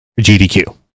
GDQ